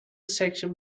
section